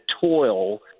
toil